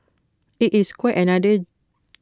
IT is quite another